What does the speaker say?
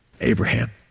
Abraham